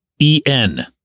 EN